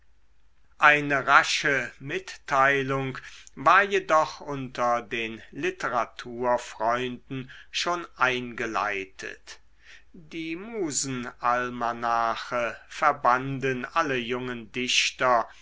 eine rasche mitteilung war jedoch unter den literaturfreunden schon eingeleitet die musenalmanache verbanden alle jungen dichter